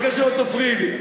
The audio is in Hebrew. אני מבקש שלא תפריעי לי.